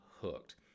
hooked